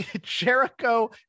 Jericho